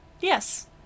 Yes